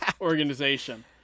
organization